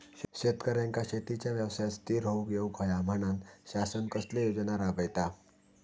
शेतकऱ्यांका शेतीच्या व्यवसायात स्थिर होवुक येऊक होया म्हणान शासन कसले योजना राबयता?